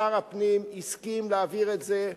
שר הפנים הסכים להעביר את זה,